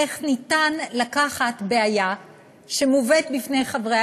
איך ניתן לקחת בעיה שמובאת בפני חברי